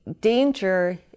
danger